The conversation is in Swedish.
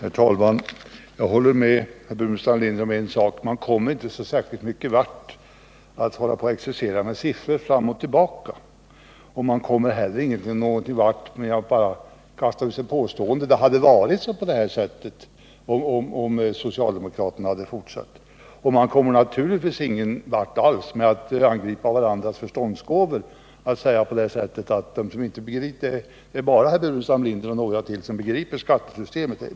Herr talman! Jag håller med herr Burenstam Linder om en sak: Man kommer inte särskilt långt med sifferexercis fram och tillbaka. Men man kommer inte heller någonvart genom att kasta ut påståenden om att det hade varit på ett visst sätt, om socialdemokraterna hade suttit kvar i regeringsställning. Och naturligtvis kommer man ingenvart genom att angripa varandras förståndsgåvor och resonera som om det bara vore herr Burenstam Linder och några till som begriper skattesystemet.